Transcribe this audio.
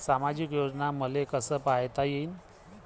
सामाजिक योजना मले कसा पायता येईन?